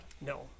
no